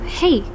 hey